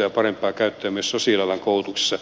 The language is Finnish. olla parempaa käyttöä myös sosiaalialan koulutuksissa